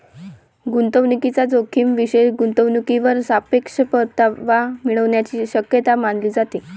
गुंतवणूकीचा जोखीम विशेष गुंतवणूकीवर सापेक्ष परतावा मिळण्याची शक्यता मानली जाते